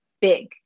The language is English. big